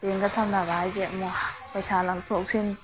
ꯕꯦꯡꯒ ꯁꯝꯅꯕ ꯍꯥꯏꯁꯦ ꯄꯩꯁꯥ ꯂꯧꯊꯣꯛ ꯂꯧꯁꯤꯟ